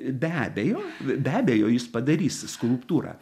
be abejo be abejo jis padarys skulptūrą